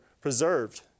preserved